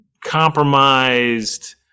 compromised